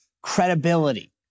credibility